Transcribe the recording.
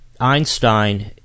Einstein